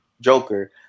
Joker